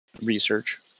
research